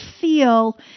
feel